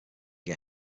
get